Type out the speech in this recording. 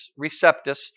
Receptus